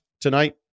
tonight